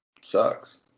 Sucks